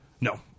No